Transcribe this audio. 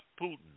Putin